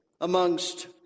amongst